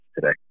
today